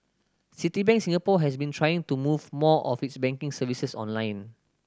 Citibank Singapore has been trying to move more of its banking services online